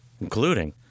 including